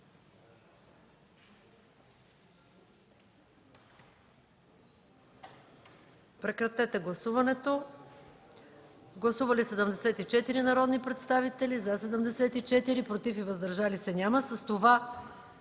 режим на гласуване. Гласували 68 народни представители: за 68, против и въздържали се няма.